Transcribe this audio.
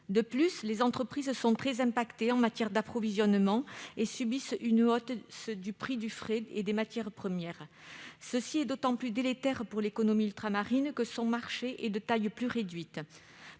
De plus, les entreprises sont très affectées par les difficultés d'approvisionnement. Elles subissent une hausse du prix du fret et des matières premières. Cela est d'autant plus délétère pour l'économie ultramarine que son marché est de taille plus réduite.